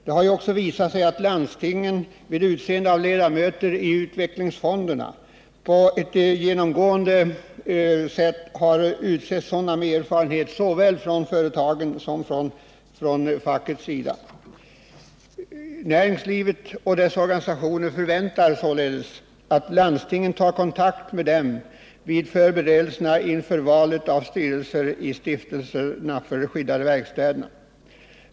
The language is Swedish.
Det har ju visat sig att landstingen vid utseende av ledamöter i utvecklingsfondernas styrelser genomgående har utsett sådana med erfarenhet såväl från företagens som från fackets verksamhet. Företagsamheten och dess organisationer förväntar sig således att landstingen tar kontakt med dem vid förberedelserna inför valet av styrelser för stiftelserna för de skyddade verkstäderna.